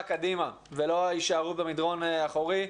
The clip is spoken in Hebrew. קדימה ולא ההישארות במדרון האחורי,